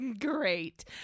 Great